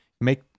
make